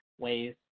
ways